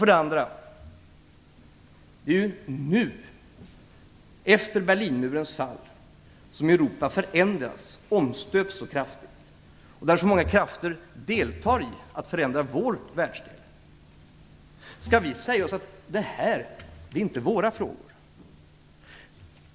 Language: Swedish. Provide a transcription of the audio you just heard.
För det andra: Det är ju nu, efter Berlinmurens fall, som Europa så kraftigt förändras och omstöps och som så många krafter medverkar till att förändra vår världsdel. Skall vi då säga oss att detta inte är våra frågor?